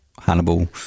Hannibal